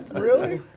really?